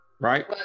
Right